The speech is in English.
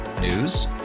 News